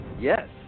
Yes